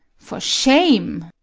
for shame!